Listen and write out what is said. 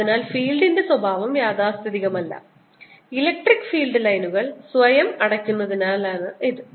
അതിനാൽ ഫീൽഡിന്റെ സ്വഭാവം യാഥാസ്ഥിതികമല്ല ഇലക്ട്രിക് ഫീൽഡ് ലൈനുകൾ സ്വയം അടയ്ക്കുന്നതിനാലാണിത്